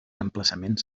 emplaçaments